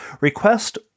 Request